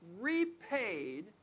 repaid